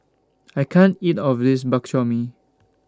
I can't eat of This Bak Chor Mee